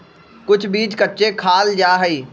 कुछ बीज कच्चे खाल जा हई